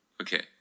Okay